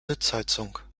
sitzheizung